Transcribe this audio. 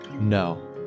no